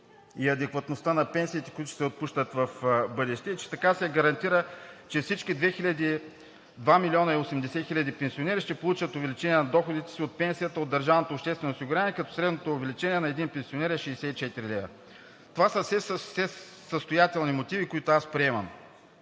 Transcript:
адекватността на пенсиите, които ще се отпускат в бъдеще. Така се гарантира, че всички 2 млн. 80 хил. пенсионери ще получат увеличение на доходите си от пенсията от държавното обществено осигуряване, като средното увеличение на един пенсионер е 64 лв. Това са все състоятелни мотиви, които аз приемам.